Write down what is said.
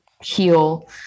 heal